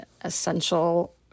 essential